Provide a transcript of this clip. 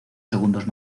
segundos